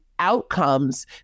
outcomes